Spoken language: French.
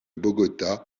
bogota